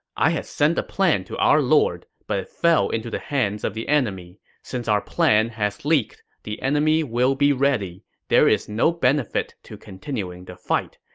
i had sent a plan to our lord, but it fell into the hands of the enemy. since our plan has leaked, the enemy will be ready. there is no benefit to continuing the fight.